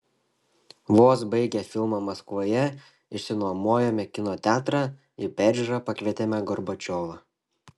vos baigę filmą maskvoje išsinuomojome kino teatrą į peržiūrą pakvietėme gorbačiovą